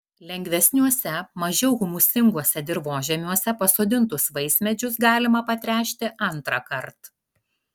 lengvesniuose mažiau humusinguose dirvožemiuose pasodintus vaismedžius galima patręšti antrąkart